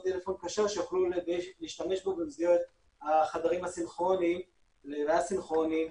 טלפון כשר שיוכלו להשתמש בו במסגרת החדרים הסינכרוניים והא-סינכרוניים